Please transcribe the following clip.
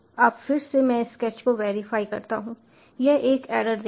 अब फिर से मैं स्केच को वेरीफाई करता हूं यह एक एरर देगा